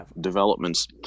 developments